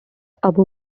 abu